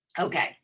Okay